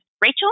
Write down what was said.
Rachel